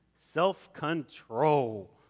self-control